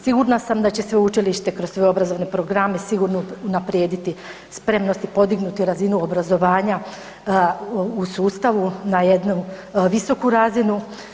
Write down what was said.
Sigurna sam da će sveučilište kroz svoje obrazovne programe sigurno unaprijediti spremnost i podignutu razinu obrazovanja u sustavu na jednu visoku razinu.